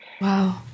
Wow